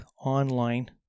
online